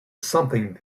something